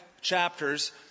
chapters